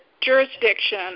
jurisdiction